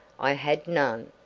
i had none.